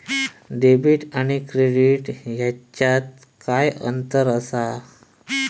Debit आणि credit ह्याच्यात काय अंतर असा?